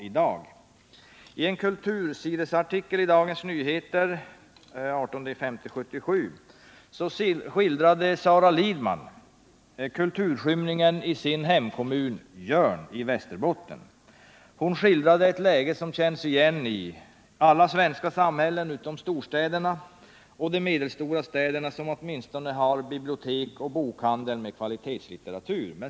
I en kultursidesartikel i Dagens Nyheter den 18 maj 1977 skildrade Sara Lidman kulturskymningen i sin hemkommun Jörn i Västerbotten. Hon skildrade ett läge som känns igen i alla svenska samhällen utom storstäderna och de medelstora städerna, som åtminstone har bibliotek och bokhandel med kvalitetslitteratur.